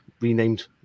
renamed